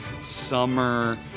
summer